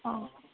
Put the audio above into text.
অ